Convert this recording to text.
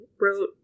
wrote